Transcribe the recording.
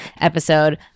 episode